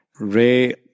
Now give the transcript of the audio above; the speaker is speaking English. Ray